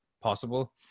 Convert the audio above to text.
possible